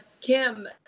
Kim